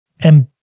And-